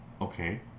Okay